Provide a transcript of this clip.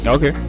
Okay